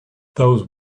those